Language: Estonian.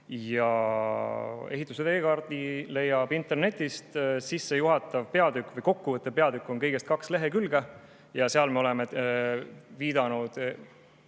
Ja ehituse teekaardi leiab internetist. Sissejuhatav peatükk või kokkuvõttev peatükk on kõigest kaks lehekülge ja seal me oleme viidanud